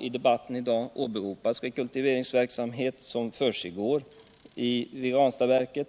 I debatten i dag har åberopats den rekultiveringsverksamhet som försiggår vid Ranstadsverket.